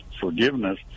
forgiveness